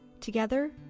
Together